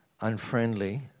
unfriendly